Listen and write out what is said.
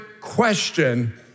question